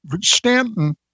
Stanton